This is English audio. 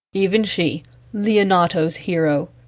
even she leonato's hero,